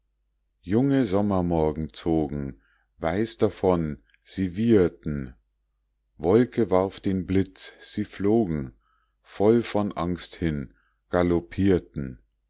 junge sommermorgen zogen weiß davon sie wieherten wolke warf den blitz sie flogen voll von angst hin galoppierten